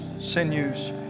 sinews